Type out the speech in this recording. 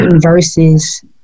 verses